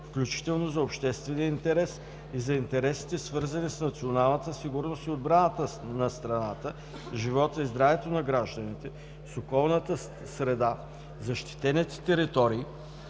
включително за обществения интерес и за интересите, свързани с националната сигурност и отбраната на страната, с живота и здравето на гражданите, с околната среда, защитените територии,